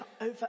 over